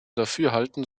dafürhalten